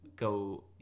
go